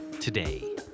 today